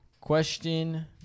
Question